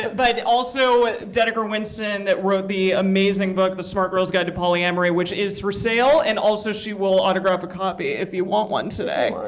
but also, dedeker winston wrote the amazing book the smart girl's guide to polyamory, which is for sale. and also, she will autograph a copy if you want one today.